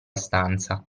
stanza